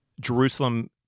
Jerusalem